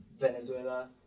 Venezuela